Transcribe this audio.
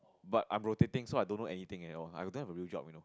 but I'm rotating so I don't know anything at all I don't a real job you know